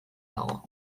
dago